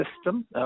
system